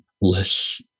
less